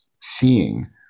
seeing